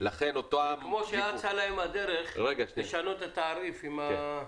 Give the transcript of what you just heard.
כמו שאצה להם הדרך לשנות את התעריף ברשויות המקומיות.